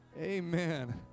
Amen